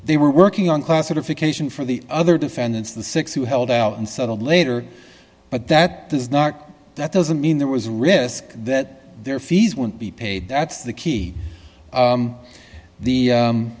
they were working on classification for the other defendants the six who held out and settled later but that does not that doesn't mean there was risk that their fees wouldn't be paid that's the key